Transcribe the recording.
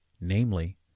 namely